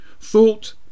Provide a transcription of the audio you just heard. thought